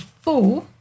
four